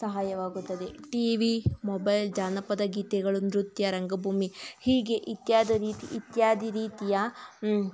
ಸಹಾಯವಾಗುತ್ತದೆ T V mobile ಜನಪದ ಗೀತೆಗಳು ನೃತ್ಯ ರಂಗಭೂಮಿ ಹೀಗೆ ಇತ್ಯಾದಿ ರೀತಿ ಇತ್ಯಾದಿ ರೀತಿಯ